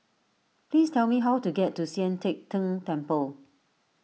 please tell me how to get to Sian Teck Tng Temple